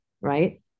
Right